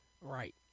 Right